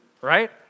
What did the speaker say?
right